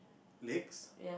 next